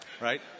right